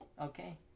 okay